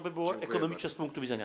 Byłoby to ekonomiczne z punktu widzenia.